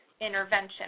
intervention